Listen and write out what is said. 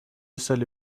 سالی